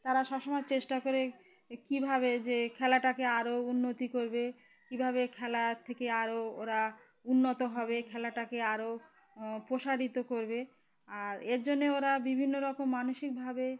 তারা সবসময় চেষ্টা করে যে কীভাবে যে খেলাটাকে আরও উন্নতি করবে কীভাবে খেলার থেকে আরও ওরা উন্নত হবে খেলাটাকে আরও প্রসারিত করবে আর এর জন্যে ওরা বিভিন্ন রকম মানসিকভাবে